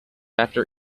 after